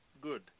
Good